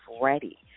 ready